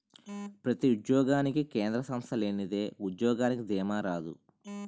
ప్రతి ఉద్యోగానికి కేంద్ర సంస్థ లేనిదే ఉద్యోగానికి దీమా రాదు